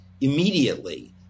immediately